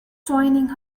joining